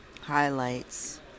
highlights